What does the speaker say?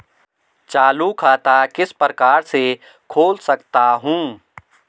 चालू खाता किस प्रकार से खोल सकता हूँ?